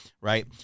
right